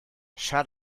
shut